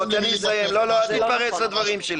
תן לי לסיים אל תתפרץ לדברים שלי.